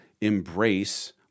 embrace